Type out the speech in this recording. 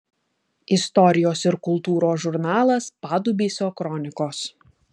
istorijos ir kultūros žurnalas padubysio kronikos